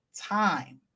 time